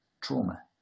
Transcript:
trauma